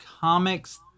comics